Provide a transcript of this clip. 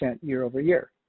year-over-year